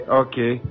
okay